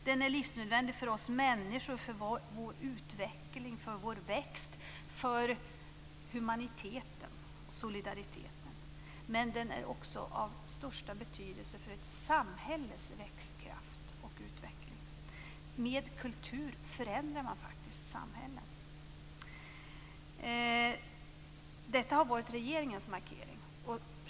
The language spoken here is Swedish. Den är livsnödvändig för oss människor, för vår utveckling, för vår växt, för humaniteten och solidariteten. Men den är också av största betydelse för ett samhälles växtkraft och utveckling. Med kultur förändrar man faktiskt samhällen. Detta har varit regeringens markering.